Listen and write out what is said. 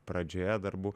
pradžioje darbų